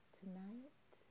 tonight